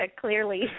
clearly